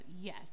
yes